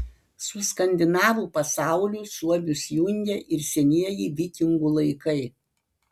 su skandinavų pasauliu suomius jungia ir senieji vikingų laikai